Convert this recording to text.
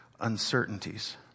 uncertainties